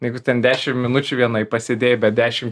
jeigu ten dešim minučių vienaip pasėdėjai bet dešim